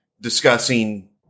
discussing